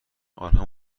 آنها